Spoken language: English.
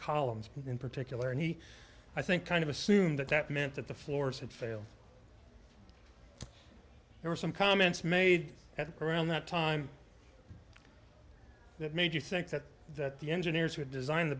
columns in particular and he i think kind of assumed that that meant that the floors had failed there were some comments made around that time that made you think that that the engineers who designed the